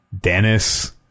Dennis